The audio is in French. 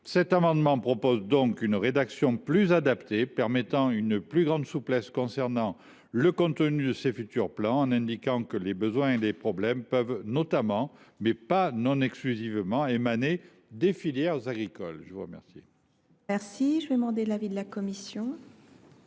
de santé. Nous proposons donc une rédaction plus adaptée, permettant une plus grande souplesse concernant le contenu de ces futurs plans, en indiquant que les besoins et les problèmes peuvent notamment, mais pas exclusivement, émaner des filières agricoles. Quel est l’avis de la commission